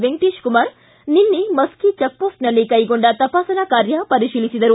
ವೆಂಕಟೇಶ ಕುಮಾರ್ ನಿನ್ನೆ ಮಸ್ಕಿ ಚೆಕ್ಪೋಸ್ಟ್ನಲ್ಲಿ ಕೈಗೊಂಡ ತಪಾಸಣಾ ಕಾರ್ಯ ಪರಿತೀಲಿಸಿದರು